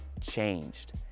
changed